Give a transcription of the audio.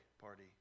party